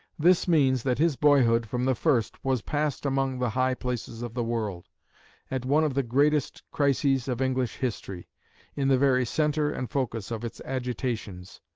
this means that his boyhood from the first was passed among the high places of the world at one of the greatest crises of english history in the very centre and focus of its agitations.